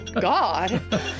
God